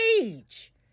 age